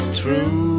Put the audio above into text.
true